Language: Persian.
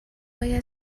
باید